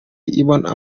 ibona